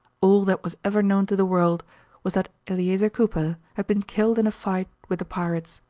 all that was ever known to the world was that eleazer cooper had been killed in a fight with the pirates.